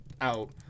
out